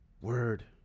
word